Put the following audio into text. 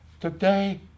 Today